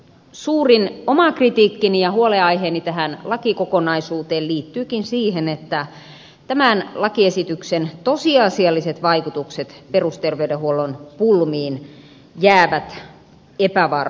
suurin oma kritiikkini ja huolenaiheeni tässä lakikokonaisuudessa liittyykin siihen että tämän lakiesityksen tosiasialliset vaikutukset perusterveydenhuollon pulmiin jäävät epävarmoiksi